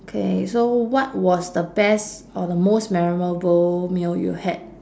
K so what was the best or the most memorable meal you had